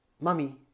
mummy